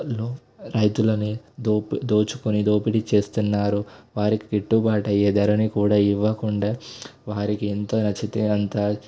రైతులని దోపి దోచుకుని దోపిడీ చేస్తున్నారు వారికి గిట్టుబాటు అయ్యే ధరని కూడా ఇవ్వకుండా వారికి ఎంత నచ్చితే అంత